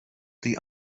die